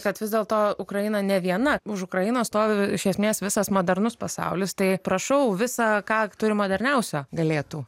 kad vis dėlto ukraina ne viena už ukrainos stovi iš esmės visas modernus pasaulis tai prašau visa ką turi moderniausio galėtų